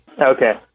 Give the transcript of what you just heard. okay